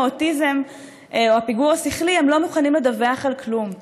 האוטיזם או הפיגור השכלי הם לא מוכנים לדווח על כלום.